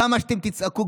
כמה שאתם תצעקו,